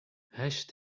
hash